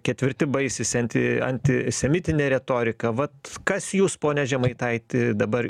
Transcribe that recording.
ketvirti baisisi anti antisemitine retorika vat kas jus pone žemaitaiti dabar